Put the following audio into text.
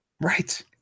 Right